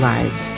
Lives